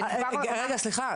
סליחה,